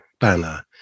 banner